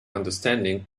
understanding